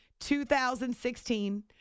2016